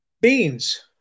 beans